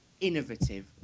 innovative